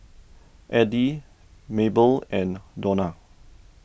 Edie Mabelle and Dona